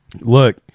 Look